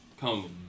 come